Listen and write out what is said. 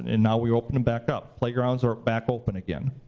and now we open them back up. playgrounds are back open again.